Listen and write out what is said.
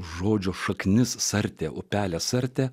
žodžio šaknis sartė upelė sartė